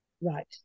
Right